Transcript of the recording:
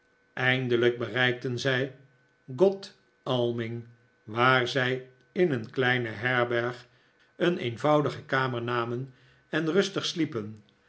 eindelijk bereikten zij godalming waar zij in een kleine herberg een eenvoudige kamer namen en rustig sliepen